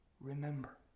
Remember